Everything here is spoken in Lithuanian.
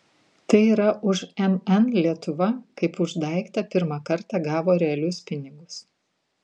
tai yra už mn lietuva kaip už daiktą pirmą kartą gavo realius pinigus